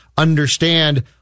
understand